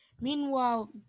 Meanwhile